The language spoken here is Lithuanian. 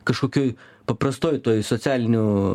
kažkokioj paprastoj toj socialinių